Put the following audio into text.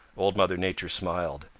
old mother nature smiled.